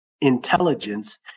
intelligence